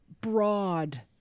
broad